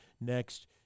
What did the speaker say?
next